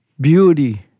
beauty